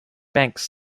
banks